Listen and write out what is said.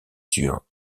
sur